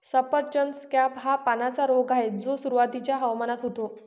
सफरचंद स्कॅब हा पानांचा रोग आहे जो सुरुवातीच्या हवामानात होतो